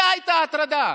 זו הייתה הטרדה.